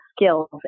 skills